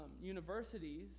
universities